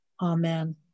Amen